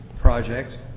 project